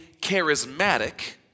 charismatic